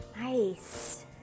Nice